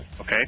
Okay